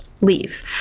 leave